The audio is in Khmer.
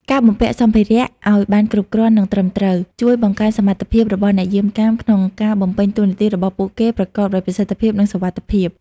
ការបំពាក់សម្ភារៈឲ្យបានគ្រប់គ្រាន់ និងត្រឹមត្រូវ ជួយបង្កើនសមត្ថភាពរបស់អ្នកយាមកាមក្នុងការបំពេញតួនាទីរបស់ពួកគេប្រកបដោយប្រសិទ្ធភាព និងសុវត្ថិភាព។